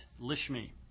Lishmi